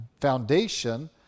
foundation